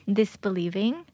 disbelieving